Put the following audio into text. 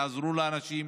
יעזרו לאנשים